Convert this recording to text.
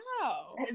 wow